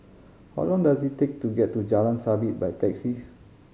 how long does it take to get to Jalan Sabit by taxi